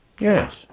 Yes